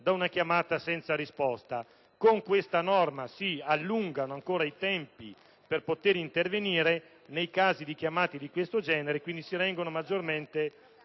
da una chiamata senza risposta. Con questa norma si allungano ancora i tempi per poter intervenire nei casi di chiamate di questo genere, rendendo maggiormente